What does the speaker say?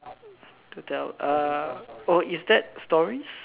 to tell uh oh is that stories